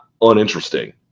uninteresting